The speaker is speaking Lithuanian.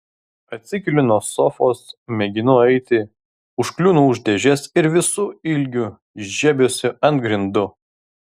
atsikeliu nuo sofos mėginu eiti užkliūnu už dėžės ir visu ilgiu žiebiuosi ant grindų